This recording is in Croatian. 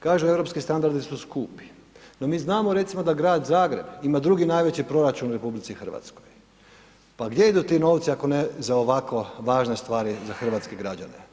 Kažu da europski standardi su skupi, no mi znamo recimo da Grad Zagreb ima drugi najveći proračun u RH, pa gdje idu ti novci ako ne za ovako važne stvari za hrvatske građane?